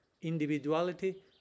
individuality